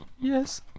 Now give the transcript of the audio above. Yes